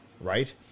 right